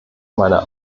meiner